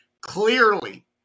Clearly